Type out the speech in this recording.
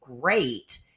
great